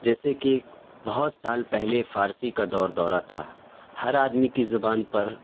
جیسے کہ ایک بہت سال پہلے فارسی کا دور دورہ تھا ہر آدمی کی زبان پر